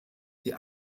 die